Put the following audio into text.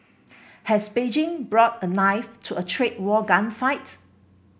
has Beijing brought a knife to a trade war gunfight